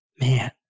man